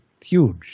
huge